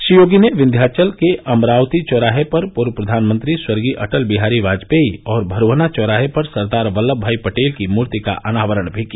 श्री योगी ने विंध्याचल के अमरावती चौराहे पर पूर्व प्रधानमंत्री स्वर्गीय अटल बिहारी वाजपेयी और भरूहना चौराहे पर सरदार वल्लम भाई पटेल की मूर्ति का अनावरण भी किया